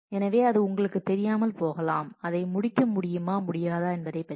எனவே அது உங்களுக்கு தெரியாமல் போகலாம் அதை முடிக்க முடியுமா முடியாதா என்பதை பற்றி